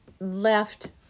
left